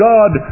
God